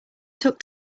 took